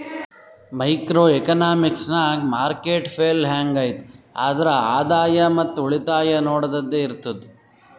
micro economics ನಾಗ್ market fail ಹ್ಯಾಂಗ್ ಐಯ್ತ್ ಆದ್ರ ಆದಾಯ ಮತ್ ಉಳಿತಾಯ ನೊಡದ್ದದೆ ಇರ್ತುದ್